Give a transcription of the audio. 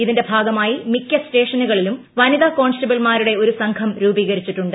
ഇതിന്റെ ഭാഗമായി മിക്ക സ്റ്റേഷനുകളിലും വനിതാ കോൺസ്റ്റബിൾമാർടെ ഒരു സംഘം രൂപീകരിച്ചിട്ടുണ്ട്